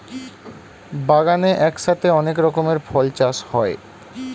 বাগানে একসাথে অনেক রকমের ফল চাষ হয়